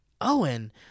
Owen